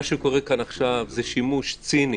מה שקורה כאן עכשיו זה שימוש ציני